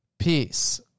Peace